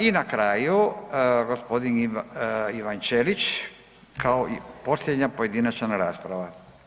I na kraju gospodin Ivan Ćelić kao i posljednja pojedinačna rasprava.